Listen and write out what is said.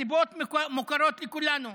הסיבות מוכרות לכולנו: